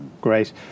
great